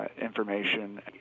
information